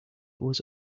was